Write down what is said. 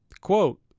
quote